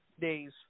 days